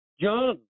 John